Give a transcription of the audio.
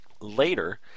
Later